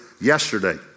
yesterday